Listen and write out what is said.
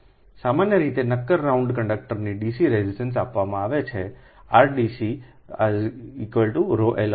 સામાન્ય રીતે નક્કર રાઉન્ડ કંડક્ટરનો ડીસી રેઝિસ્ટન્સ આપવામાં આવે છે અમેRdc laમૂકીએ છીએ